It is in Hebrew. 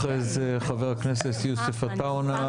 אחרי זה חבר הכנסת יוסף עטאונה.